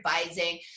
advising